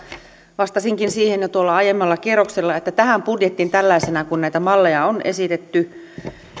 vastasinkin siihen jo tuolla aiemmalla kierroksella että tähän budjettiin tällaisena kuin näitä malleja on esitetty